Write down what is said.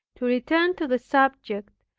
to return to the subject,